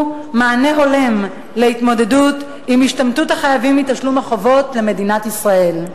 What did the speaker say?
מענה הולם להתמודדות עם השתמטות החייבים מתשלום החובות למדינת ישראל.